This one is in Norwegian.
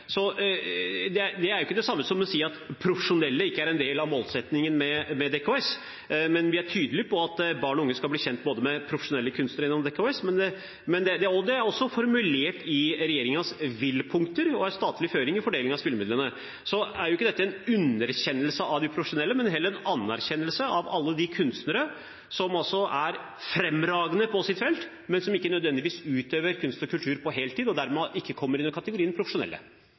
ikke er en del av målsettingen med Den kulturelle skolesekken. Vi er tydelige på at barn og unge skal bli kjent med profesjonelle kunstnere gjennom Den kulturelle skolesekken. Det er også formulert i regjeringens vil-punkter og er statlige føringer i fordelingen av spillemidlene. Så er ikke dette en underkjennelse av de profesjonelle, men heller en anerkjennelse av alle de kunstnere som er fremragende på sitt felt, som ikke nødvendigvis utøver kunst og kultur på heltid, og dermed ikke kommer inn under kategorien profesjonelle.